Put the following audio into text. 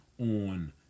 on